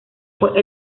fue